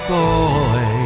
boy